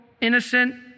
innocent